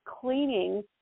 cleaning